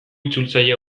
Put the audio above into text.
itzultzaile